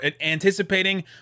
anticipating